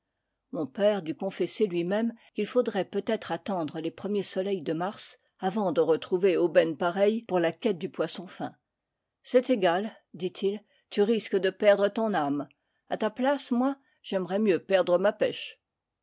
mon père dut confesser lui-même qu'il faudrait peut-être attendre les premiers soleils de mars avant de retrouver aubaine pareille pour la quête du poisson fin c'est égal dit-il tu risques de perdre ton âme à ta place moi j'aimerais mieux perdre ma pêche